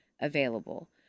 available